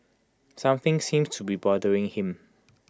something seems to be bothering him